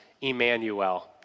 Emmanuel